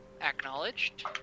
Acknowledged